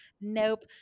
nope